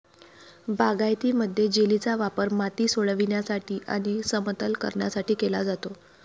बागायतीमध्ये, जेलीचा वापर माती सोडविण्यासाठी आणि समतल करण्यासाठी केला जातो